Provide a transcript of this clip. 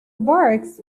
barks